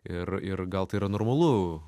ir ir gal tai yra normalu